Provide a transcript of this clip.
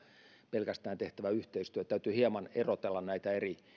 pelkästään tehtävä yhteistyö täytyy hieman erotella näitä eri